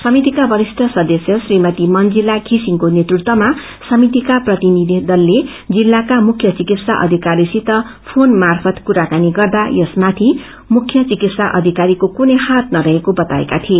समितिको वरिष्ठ सदस्य श्रीमती मंजीला विसिङको नेतृत्वमा समितिका प्रतिनिधि दलले जिल्लाका मुख्य चिकित्सा अधिकारीसित फ्रेन र्माफत कुराकानी गर्दा यस माथि मुख्य चिकित्सा अधिकारीको कूनै हात न रहेको बताएका थिए